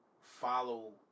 follow